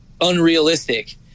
unrealistic